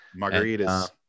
Margaritas